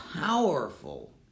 powerful